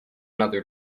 another